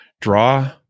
draw